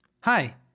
Hi